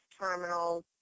terminals